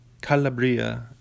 Calabria